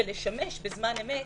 ולשמש בזמן אמת